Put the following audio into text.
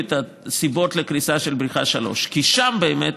את הסיבות לקריסה של בריכה 3. כי שם באמת,